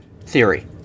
theory